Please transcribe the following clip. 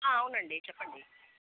అవునండీ చెప్పండి